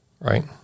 right